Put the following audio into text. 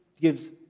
gives